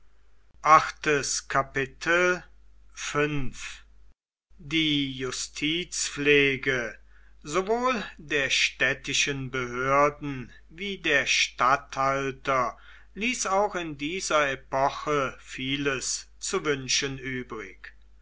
die justizpflege sowohl der städtischen behörden wie der statthalter ließ auch in dieser epoche vieles zu wünschen übrig